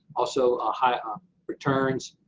also, ah high um returns,